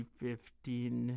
fifteen